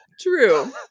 True